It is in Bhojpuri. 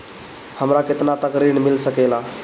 हमरा केतना तक ऋण मिल सके ला?